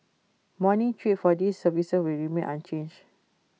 morning trips for these services will remain unchanged